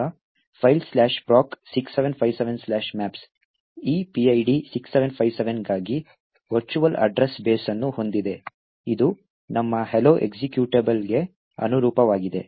ಈಗ file proc 6757maps ಈ PID 6757 ಗಾಗಿ ವರ್ಚುವಲ್ ಅಡ್ರೆಸ್ ಬೇಸ್ ಅನ್ನು ಹೊಂದಿದೆ ಇದು ನಮ್ಮ ಹಲೋ ಎಕ್ಸಿಕ್ಯೂಟಬಲ್ಗೆ ಅನುರೂಪವಾಗಿದೆ